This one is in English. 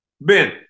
Ben